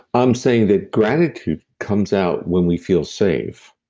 i'm saying that gratitude comes out when we feel safe.